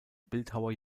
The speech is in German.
bildhauer